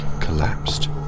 collapsed